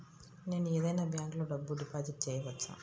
నేను ఏదైనా బ్యాంక్లో డబ్బు డిపాజిట్ చేయవచ్చా?